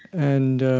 and,